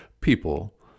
people